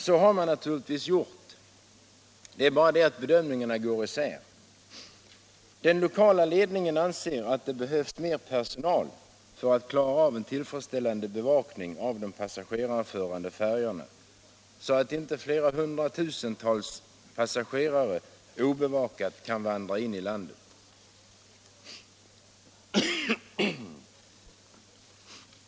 Det har man naturligtvis gjort, det är bara det att bedömningarna går isär. Den lokala ledningen anser att det behövs mer personal för att klara av en tillfredsställande bevakning av de passagerarförande färjorna, så att inte flera hundratusental passagerare obevakade kan vandra in i landet.